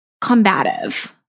combative